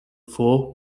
four